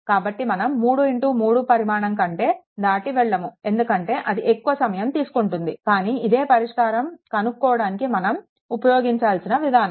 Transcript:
కాబట్టి మనం 33 పరిమాణం కంటే దాటి వెళ్ళము ఎందుకంటే అది ఎక్కువ సమయం తీసుకుంటుంది కానీ ఇదే పరిష్కారం కనుక్కోవడానికి మనం ఉపయోగించాల్సిన విధానం